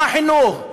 מה החינוך?